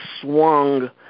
swung